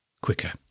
quicker